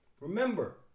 Remember